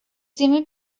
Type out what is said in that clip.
zjemy